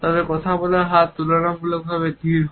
তবে কথা বলার হার তুলনামূলকভাবে ধীর হয়